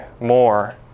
more